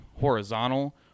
horizontal